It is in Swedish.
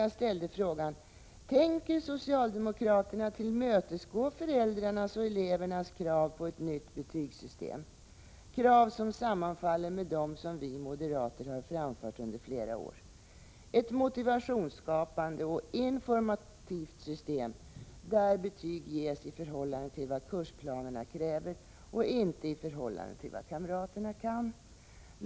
Jag ställde frågan: Tänker socialdemokraterna tillmötesgå föräldrarnas och elevernas krav på ett nytt betygssystem, krav som sammanfaller med dem som vi moderater har framfört under flera år, ett motivationsskapande och informativt system där betyg ges i förhållande till vad kursplanerna kräver, och inte i förhållande till vad kamraterna kan?